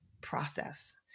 process